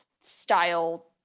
style